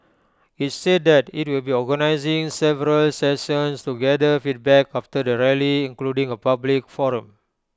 IT said that IT will be organising several sessions to gather feedback after the rally including A public forum